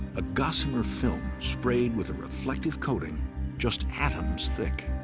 a gossamer film sprayed with a reflective coating just atoms thick.